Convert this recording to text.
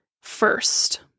first